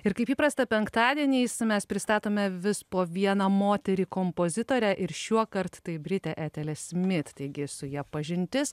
ir kaip įprasta penktadieniais mes pristatome vis po vieną moterį kompozitorę ir šiuokart tai britų etelė smit taigi su ja pažintis